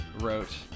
wrote